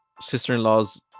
sister-in-laws